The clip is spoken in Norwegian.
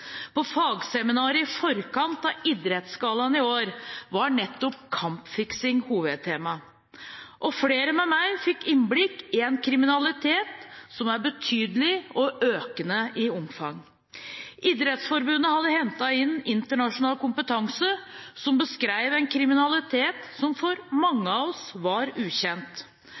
På fagseminaret i forkant av Idrettsgallaen i år var nettopp kampfiksing hovedtema. Flere med meg fikk innblikk i en kriminalitet som er betydelig og økende i omfang. Idrettsforbundet hadde hentet inn internasjonal kompetanse som beskrev en kriminalitet som for mange av oss var ukjent.